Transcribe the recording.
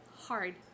Hard